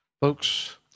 Folks